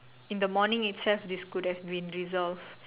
in the morning itself this could have been resolved